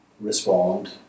respond